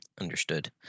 Understood